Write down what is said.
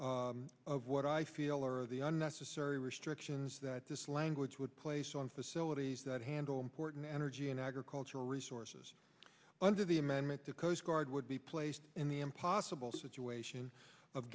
of what i feel are the unnecessary restrictions that this language would place on facilities that handle important energy and agricultural resources under the amendment the coast guard would be placed in the impossible situation of